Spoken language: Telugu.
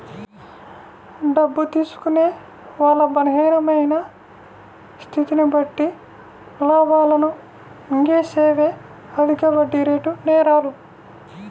డబ్బు తీసుకునే వాళ్ళ బలహీనమైన స్థితిని బట్టి లాభాలను మింగేసేవే అధిక వడ్డీరేటు నేరాలు